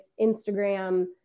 Instagram